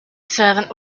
servant